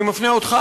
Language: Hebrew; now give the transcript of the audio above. אני מפנה אותך,